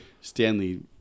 Stanley